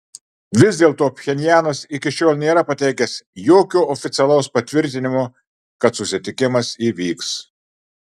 vis dėlto pchenjanas iki šiol nėra pateikęs jokio oficialaus patvirtinimo kad susitikimas įvyks